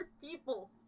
people